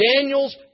Daniel's